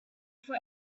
for